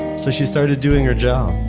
so she started doing her job,